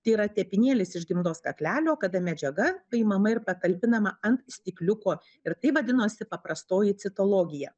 tai yra tepinėlis iš gimdos kaklelio kada medžiaga paimama ir patalpinama ant stikliuko ir tai vadinosi paprastoji citologija